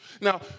Now